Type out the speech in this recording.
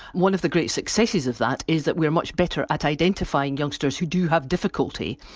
one of the great successes of that is that we're much better at identifying youngsters who do have difficulty.